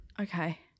Okay